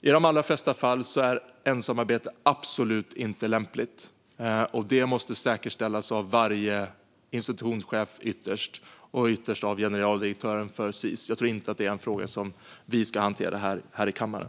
I de allra flesta fall är ensamarbete absolut inte lämpligt. Men detta måste säkerställas av varje institutionschef och ytterst av generaldirektören för Sis. Jag tror inte att det är en fråga som vi ska hantera här i kammaren.